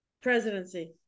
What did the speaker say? Presidency